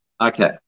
okay